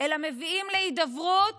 אלא מביאים להידברות